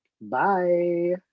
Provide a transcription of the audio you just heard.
bye